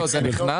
זה נכנס,